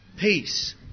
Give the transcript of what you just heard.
Peace